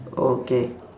okay